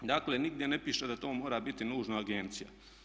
Dakle nigdje ne piše da to mora biti nužno agencija.